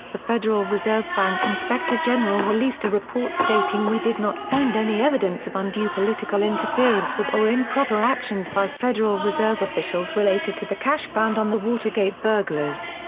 the federal reserve bank inspector general released a report stating we did not find any evidence of undue political interference with or improper actions by federal reserve officials related to the cash found on the watergate burglars.